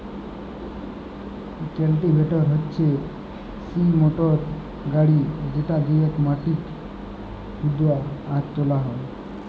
cultivator হচ্যে সিই motor গাড়ি যেটা দিয়েক মাটি হুদা আর তোলা হয়